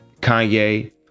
Kanye